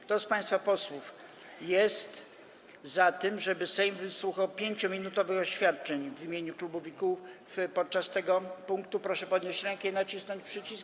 Kto z państwa posłów jest za tym, żeby Sejm wysłuchał 5-minutowych oświadczeń w imieniu klubów i kół podczas tego punktu, proszę podnieść rękę i nacisnąć przycisk.